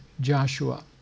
Joshua